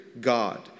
God